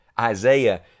Isaiah